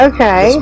Okay